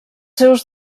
seus